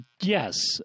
yes